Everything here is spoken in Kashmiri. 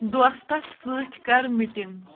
دوستَس سۭتۍ کَر مِٹِنٛگ